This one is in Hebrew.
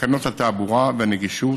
התעבורה והנגישות,